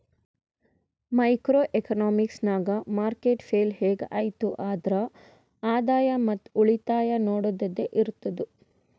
micro economics ನಾಗ್ market fail ಹ್ಯಾಂಗ್ ಐಯ್ತ್ ಆದ್ರ ಆದಾಯ ಮತ್ ಉಳಿತಾಯ ನೊಡದ್ದದೆ ಇರ್ತುದ್